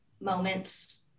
moments